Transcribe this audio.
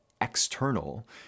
external